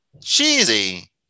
Cheesy